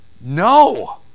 No